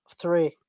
Three